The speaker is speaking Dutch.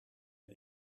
een